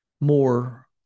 more